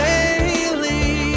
Daily